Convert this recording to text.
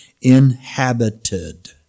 inhabited